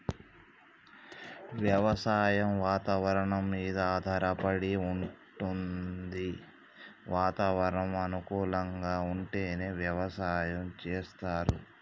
వ్యవసాయం వాతవరణం మీద ఆధారపడి వుంటది వాతావరణం అనుకూలంగా ఉంటేనే వ్యవసాయం చేస్తరు